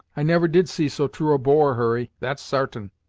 i never did see so true a bore, hurry, that's sartain!